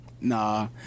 Nah